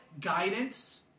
guidance